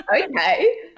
Okay